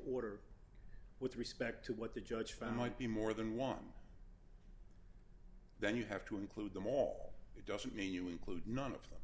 quarter with respect to what the judge found might be more than one then you have to include them all it doesn't mean you include none of them